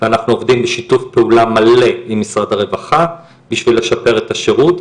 אנחנו עובדים בשיתוף פעולה מלא עם משרד הרווחה כדי לשפר את השירות,